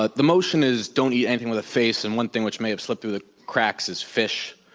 but the motion is, don't eat anything with a face. and one thing which may have slipped through the cracks is fish,